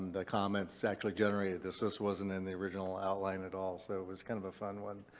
the comments actually generated this. this wasn't in the original outline at all. so it was kind of a fun one.